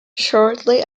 shortly